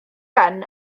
gan